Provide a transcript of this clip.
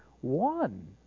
one